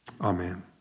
Amen